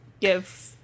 Give